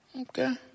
Okay